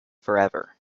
forever